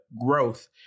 growth